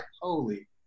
holy